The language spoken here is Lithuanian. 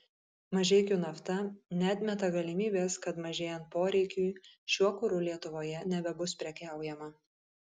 mažeikių nafta neatmeta galimybės kad mažėjant poreikiui šiuo kuru lietuvoje nebebus prekiaujama